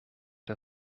der